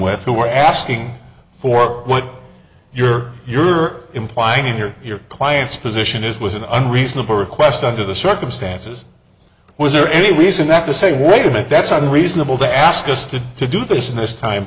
with who were asking for what you're you're implying here your client's position is was an unreasonable request under the circumstances was there any reason not to say wait a minute that's not a reasonable to ask us to to do this in this time